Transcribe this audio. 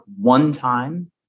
one-time